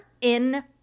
in-